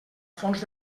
fons